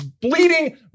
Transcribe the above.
bleeding